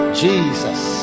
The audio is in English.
jesus